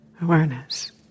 Awareness